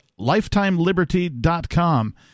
LifetimeLiberty.com